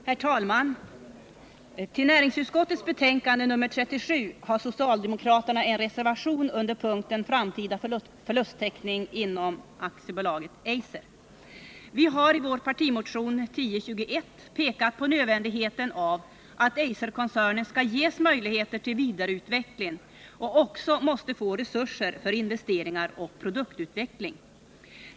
Herr talman! I näringsutskottets betänkande nr 37 har socialdemokraterna en reservation under punkten Framtida förlusttäckning m.m. inom AB Eiser. Vi har i vår partimotion nr 1021 pekat på nödvändigheten av att Eiserkoncernen ges möjligheter till vidareutveckling och får resurser för investeringar och produktutveckling.